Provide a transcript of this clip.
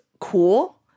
cool